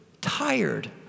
tired